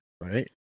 right